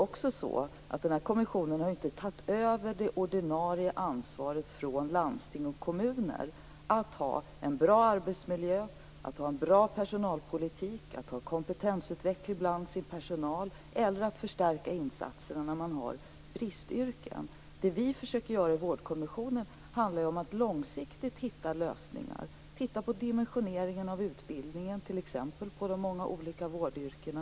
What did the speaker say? Men den här kommissionen har ju inte tagit över det ordinarie ansvaret från landsting och kommuner att ha en bra arbetsmiljö, en bra personalpolitik, kompetensutveckling för sin personal och att förstärka insatserna när man har bristyrken. Det som vi i Vårdkommissionen försöker göra är att långsiktigt hitta lösningar, t.ex. titta på dimensioneringen av utbildningen för de många vårdyrkena.